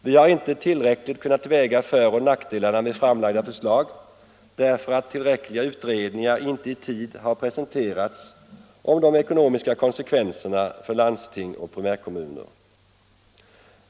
Vi har inte tillräckligt kunnat väga föroch nackdelarna med framlagda förslag, eftersom tillräckliga utredningar inte i tid har presenterats om de ekonomiska konsekvenserna för landsting och primärkommuner.